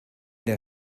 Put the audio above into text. der